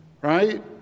right